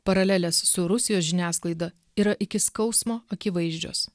paralelės su rusijos žiniasklaida yra iki skausmo akivaizdžios